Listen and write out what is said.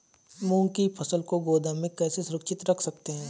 मूंग की फसल को गोदाम में कैसे सुरक्षित रख सकते हैं?